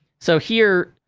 so, here,